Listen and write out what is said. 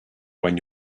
when